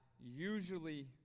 usually